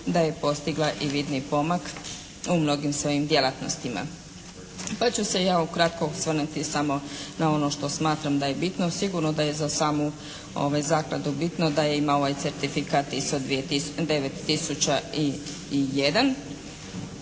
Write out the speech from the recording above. da je postigla i vidni pomak u mnogim svojim djelatnostima, pa ću se ja ukratko osvrnuti samo na ono što smatram da je bitno. Sigurno da je za samu zakladu bitno da je i na ovaj certifikat